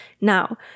Now